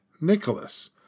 Nicholas